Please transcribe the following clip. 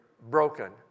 broken